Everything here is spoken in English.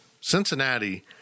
Cincinnati –